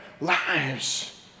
lives